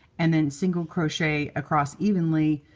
and then single crochet across evenly